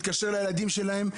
מתקשר לילדים שלהם.